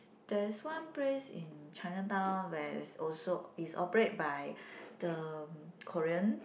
there is one place in Chinatown where is also is operate by the Korean